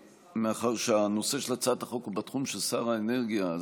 מאחר שהנושא של הצעת החוק הוא בתחום של שר האנרגיה.